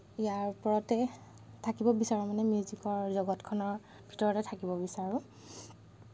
ইয়াৰ ওপৰতে থাকিব বিচাৰোঁ মানে মিউজিকৰ জগতখনৰ ভিতৰতে থাকিব বিচাৰোঁ